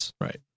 Right